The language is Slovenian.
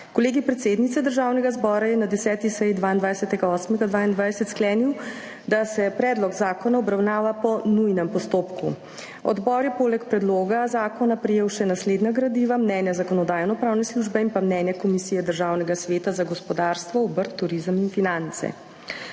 Kolegij predsednice Državnega zbora je na 10. seji, 22. 8. 2022, sklenil, da se predlog zakona obravnava po nujnem postopku. Odbor ja poleg predloga zakona prejel še naslednja gradiva: mnenje Zakonodajno-pravne službe in pa mnenje Komisije Državnega sveta za gospodarstvo, obrt, turizem in finance.